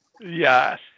Yes